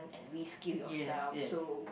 and reskill yourself so